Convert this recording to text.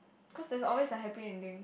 cause there's always a happy ending